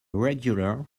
regular